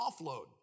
offload